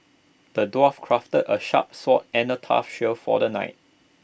the dwarf crafted A sharp sword and A tough shield for the knight